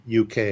UK